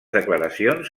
declaracions